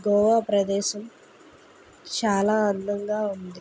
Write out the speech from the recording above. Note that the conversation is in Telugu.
గోవా ప్రదేశం చాలా అందంగా ఉంది